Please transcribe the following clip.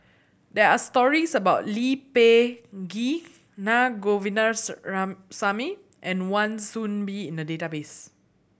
there are stories about Lee Peh Gee Naa and Wan Soon Bee in the database